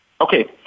Okay